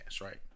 right